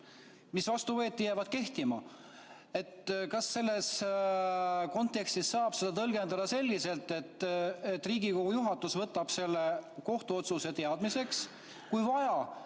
mis vastu võeti, jäävad kehtima. Kas selles kontekstis saab seda tõlgendada selliselt, et Riigikogu juhatus võtab selle kohtuotsuse teadmiseks, ja kui vaja,